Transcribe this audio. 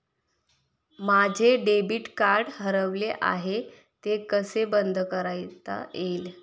माझे debit card हरवले आहे ते कसे बंद करता येईल?